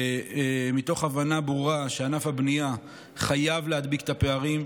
מתוך הבנה ברורה שענף הבנייה חייב להדביק את הפערים.